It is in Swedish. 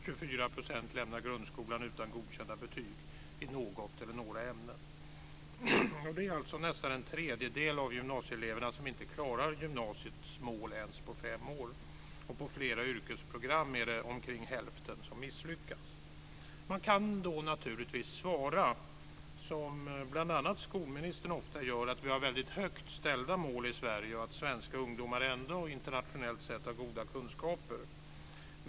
24 % lämnar grundskolan utan godkända betyg i något eller några ämnen. Det är alltså nästan en tredjedel av gymnasieeleverna som inte klarar gymnasiets mål ens på fem år. På flera yrkesprogram är det omkring hälften som misslyckas. Man kan då naturligtvis svara, som bl.a. skolministern ofta gör, att vi har väldigt högt ställda mål i Sverige och att svenska ungdomar ändå internationellt sett har goda kunskaper.